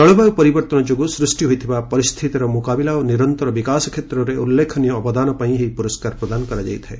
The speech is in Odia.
ଜଳବାୟୁ ପରିବର୍ତ୍ତନ ଯୋଗୁଁ ସୃଷ୍ଟି ହୋଇଥିବା ପରିସ୍ଥିତିର ମୁକାବିଲା ଓ ନିରନ୍ତର ବିକାଶ କ୍ଷେତ୍ରରେ ଉଲ୍ଲେଖନୀୟ ଅବଦାନ ପାଇଁ ଏହି ପୁରସ୍କାର ପ୍ରଦାନ କରାଯାଇଥାଏ